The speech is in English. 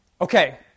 okay